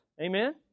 Amen